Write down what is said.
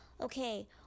okay